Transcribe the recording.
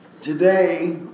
Today